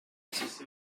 that